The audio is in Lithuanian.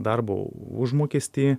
darbo užmokestį